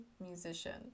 musician